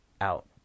out